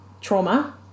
trauma